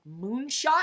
Moonshot